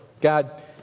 God